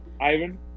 Ivan